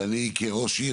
ואני כראש עיר,